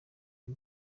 y’u